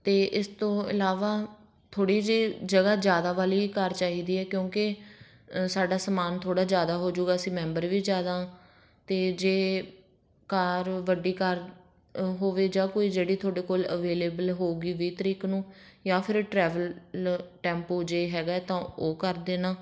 ਅਤੇ ਇਸ ਤੋਂ ਇਲਾਵਾ ਥੋੜ੍ਹੀ ਜਿਹੀ ਜਗ੍ਹਾ ਜ਼ਿਆਦਾ ਵਾਲੀ ਕਾਰ ਚਾਹੀਦੀ ਹੈ ਕਿਉਂਕਿ ਸਾਡਾ ਸਮਾਨ ਥੋੜ੍ਹਾ ਜ਼ਿਆਦਾ ਹੋ ਜਾਵੇਗਾ ਅਸੀਂ ਮੈਂਬਰ ਵੀ ਜ਼ਿਆਦਾ ਅਤੇ ਜੇ ਕਾਰ ਵੱਡੀ ਕਾਰ ਹੋਵੇ ਜਾਂ ਕੋਈ ਜਿਹੜੀ ਤੁਹਾਡੇ ਕੋਲ ਅਵੇਲੇਬਲ ਹੋਵੇਗੀ ਵੀਹ ਤਰੀਕ ਨੂੰ ਜਾਂ ਫਿਰ ਟਰੈਵਲ ਟੈਂਪੂ ਜੇ ਹੈਗਾ ਤਾਂ ਉਹ ਕਰ ਦੇਣਾ